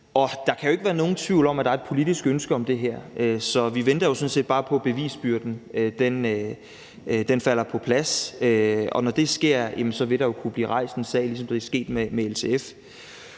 Der kan jo ikke være nogen tvivl om, at der er et politisk ønske om det her, så vi venter sådan set bare på, at bevisbyrden falder på plads. Når det sker, vil der kunne blive rejst en sag, ligesom det er sket med LTF.